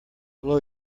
blow